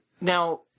now